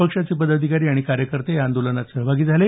पक्षाचे पदाधिकारी आणि कार्यकर्ते या आंदोलनात सहभागी झाले